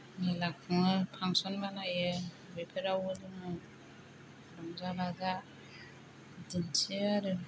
मेला खुङो फांसन मानायो बेफोरावबो जोङो रंजा बाजा दिन्थियो आरो